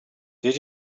did